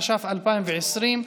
התש"ף 2020,